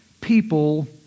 people